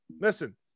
Listen